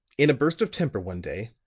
in a burst of temper one day,